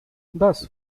thus